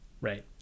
Right